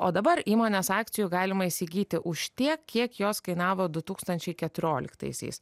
o dabar įmonės akcijų galima įsigyti už tiek kiek jos kainavo du tūkstančiai keturioliktaisiais